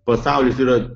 pasaulis yra